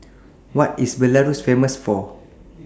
What IS Belarus Famous For